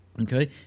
Okay